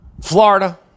Florida